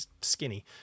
skinny